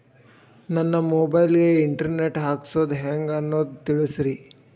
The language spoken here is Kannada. ನನ್ನ ಮೊಬೈಲ್ ಗೆ ಇಂಟರ್ ನೆಟ್ ಹಾಕ್ಸೋದು ಹೆಂಗ್ ಅನ್ನೋದು ತಿಳಸ್ರಿ